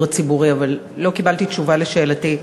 הציבורי אבל לא קיבלתי תשובה על שאלתי,